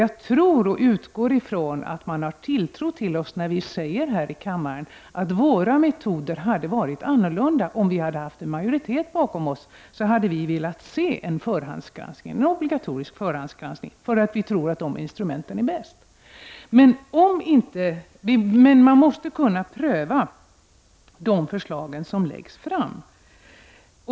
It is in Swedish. Jag tror och utgår ifrån att man har tilltro till oss, när vi säger här i kammaren att våra metoder hade varit annorlunda om vi haft en majoritet bakom oss. Då hade vi velat se en obligatorisk förhandsgranskning, för vi tror att det instrumentet är bäst. Men man måste kunna pröva de förslag som läggs fram.